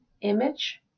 image